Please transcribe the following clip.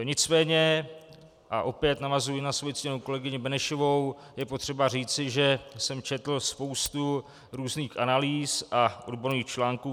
Nicméně, a opět navazuji na svoji ctěnou kolegyni Benešovou, je potřeba říci, že jsem četl spoustu různých analýz a odborných článků.